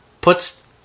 puts